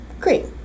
Great